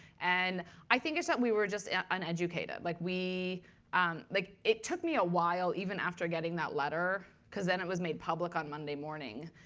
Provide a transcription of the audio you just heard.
and i think it's that we were just yeah uneducated. like um like it took me a while, even after getting that letter because then it was made public on monday morning.